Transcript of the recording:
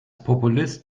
populist